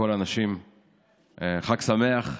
לכל הנשים חג שמח.